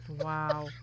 Wow